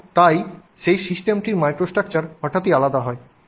এবং সুতরাং সেই সিস্টেমটির মাইক্রোস্ট্রাকচার হঠাৎই আলাদা